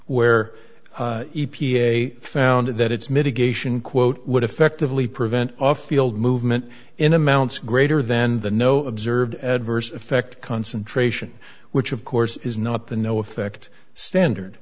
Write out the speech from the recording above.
where the e p a found that its mitigation quote would effectively prevent off field movement in amounts greater than the no observed adverse effect concentration which of course is not the no effect standard